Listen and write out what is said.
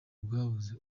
bwabuze